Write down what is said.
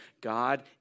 God